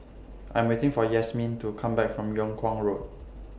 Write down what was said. I'm waiting For Yasmeen to Come Back from Yung Kuang Road